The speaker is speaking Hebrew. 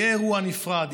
יהיה אירוע נפרד?